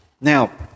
Now